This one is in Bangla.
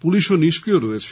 পুলিশও নিষ্ক্রিয় রয়েছে